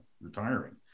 retiring